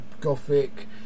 gothic